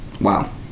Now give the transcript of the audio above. Wow